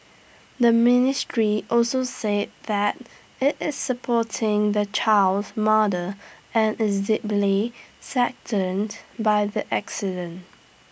the ministry also say that IT is supporting the child's mother and is deeply saddened by the accident